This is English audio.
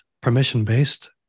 permission-based